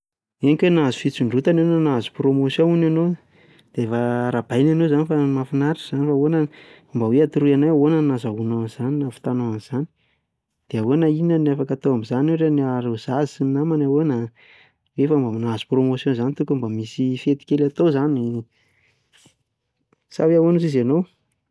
Henoko hoe nahazo fisondrontana ianao, nahazo promotion hono ianao! Dia efa arahabaina enao izany fa mahafinaritra izany fa ahoana mba hoe atoroy anay hoe ahoana no nahazahoanao an'izany, nahavitanao anzany dia hoe inona no afaka atao amin'izany? Otran'ny hoe arozazy sy ny namany ahoana an? Hoe efa mba nahazo promotion izany tokony mba misy fety kely atao zany sa hoe ahoana hozy izy anao?